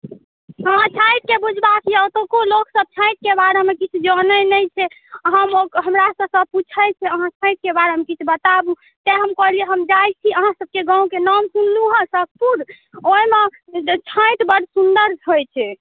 हॅं छठिके बुझबाक यऽ ओतुको लोग सब छठिके बारेमे किछु जनै नहि छै हमरा सभसँ पुछै छै अहाँ छठिके बारेमे किछु बताबु तैं हम कहलियै हम जाइ छी अहाँसँ पुछै अहाँकेँ गाँवके नाम सुनलहुॅं हँ सुखपुर ओहिमेजे छठि बड़ सुन्दर होइ छै